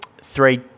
three